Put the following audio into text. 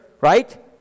right